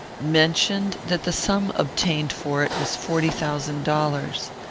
mentioned that the sum obtained for it was forty thousand dollars.